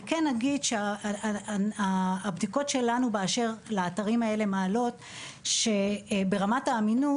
אני כן אגיד שהבדיקות שלנו באשר לאתרים האלה מעלות שברמת האמינות